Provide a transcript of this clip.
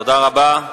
תודה רבה.